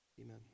Amen